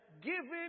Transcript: giving